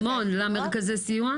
זה המון, למרכזי סיוע.